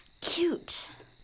cute